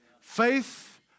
faith